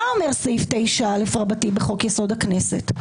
מה אומר סעיף 9א בחוק-יסוד: הכנסת?